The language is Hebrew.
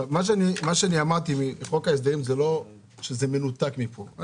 שאני אמרתי מחוק ההסדרים זה לא שזה מנותק מפה.